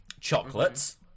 Chocolates